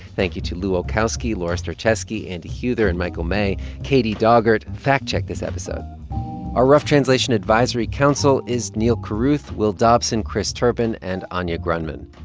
thank you to lu olkowski, laura starecheski, andy and huether and michael may. katie daugert fact-checked this episode our rough translation advisory council is neal carruth, will dobson, chris turpin and anya grundmann